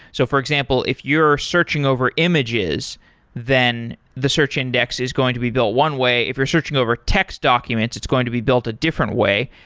so for example, if you're searching over images then the search index is going to be built one way. if you're searching over text documents, it's going to be built a different way.